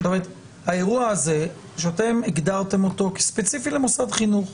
האירוע הזה, שאתם הגדרתם כספציפי למוסד חינוך,